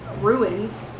ruins